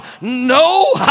no